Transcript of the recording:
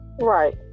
Right